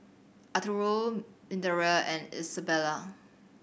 Arturo Minervia and Isabela